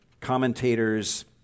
commentators